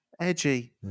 Edgy